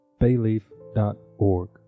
bayleaf.org